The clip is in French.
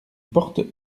porte